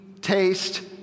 taste